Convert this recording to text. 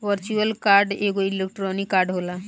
virtual card एगो electronic card होला